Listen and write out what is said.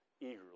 eagerly